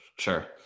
Sure